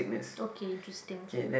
okay interesting